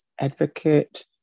advocate